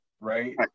Right